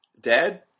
Dad